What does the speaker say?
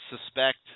suspect